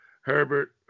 Herbert